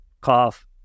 cough